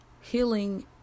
healing